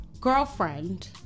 girlfriend